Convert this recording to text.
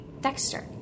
Dexter